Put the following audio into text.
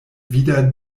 wieder